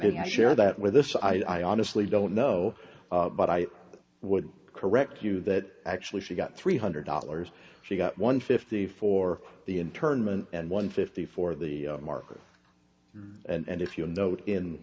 didn't share that with this i honestly don't know but i would correct you that actually she got three hundred dollars she got one fifty for the internment and one fifty for the marker and if you note in